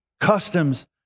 customs